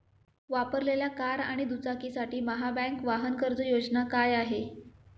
वापरलेल्या कार आणि दुचाकीसाठी महाबँक वाहन कर्ज योजना काय आहे?